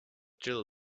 jill